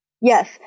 Yes